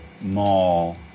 Mall